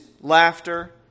laughter